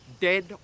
dead